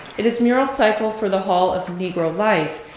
in his mural cycle for the hall of negro life,